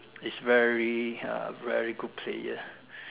is very uh very good player